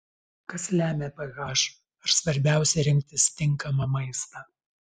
kas lemia ph ar svarbiausia rinktis tinkamą maistą